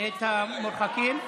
את המורחקים.